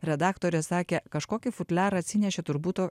redaktorė sakė kažkokį futliarą atsinešė turbūt